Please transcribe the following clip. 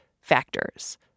factors